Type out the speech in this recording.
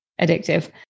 addictive